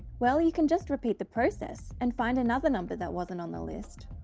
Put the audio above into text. well you can just repeat the process and find another number that wasn't on the list.